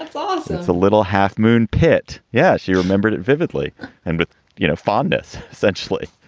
it's ah so it's a little half moon pit. yes. you remembered it vividly and with you know fondness, essentially.